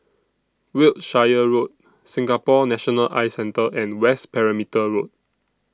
Wiltshire Road Singapore National Eye Centre and West Perimeter Road